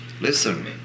Listen